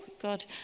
God